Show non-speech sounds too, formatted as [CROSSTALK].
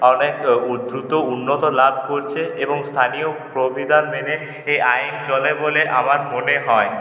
অনেক [UNINTELLIGIBLE] দ্রুত উন্নতি লাভ করছে এবং স্থানীয় প্রবিধান মেনে এই আইন চলে বলে আমার মনে হয়